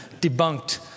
debunked